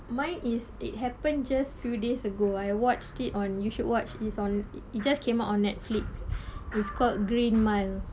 mine is it happened just few days ago I watched it on you should watch is on it it just came out on netflix is called green mile